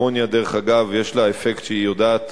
דרך אגב, לאמוניה יש אפקט, היא יודעת